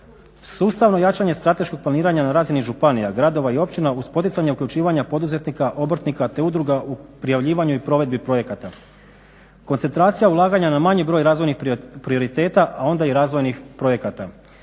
Sustavno jačanje strateškog planiranja na razini županija, gradova i općina uz poticanje uključivanja poduzetnika, obrtnika te udruga u prijavljivanju i provedbi projekta. Koncentracija ulaganja na manji broj razvojnih prioriteta, a onda i razvojnih projekata.